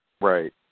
Right